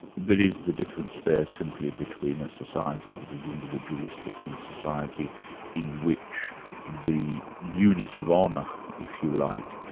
but is the difference there simply between a society that is individualistic and a society in which the unit of honour, if you like,